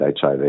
HIV